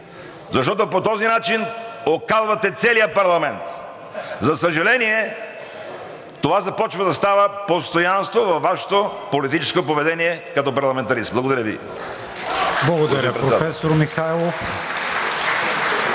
защото по този начин окалвате целия парламент! За съжаление, това започва да става постоянство във Вашето политическо поведение като парламентарист. Благодаря Ви, господин Председател.